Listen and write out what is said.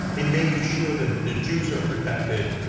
in making sure the the jews are protected.